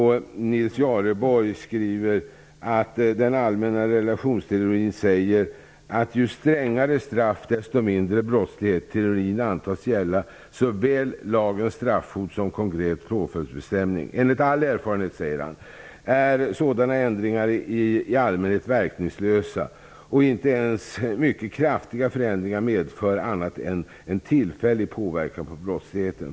Nils Jareborg skriver att den allmänna relationsteorin säger att ju strängare straff, desto mindre brottslighet. Teorin antas gälla såväl lagens straffhot som konkret påföljdsbestämning. Enligt all erfarenhet, skriver han, är ändringar i allmänhet verkningslösa, och inte ens mycket kraftiga förändringar medför annat än en tillfällig påverkan på brottsligheten.